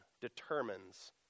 determines